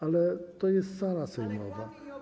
Ale to jest sala sejmowa.